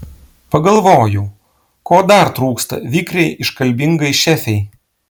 pagalvojau ko dar trūksta vikriai iškalbingai šefei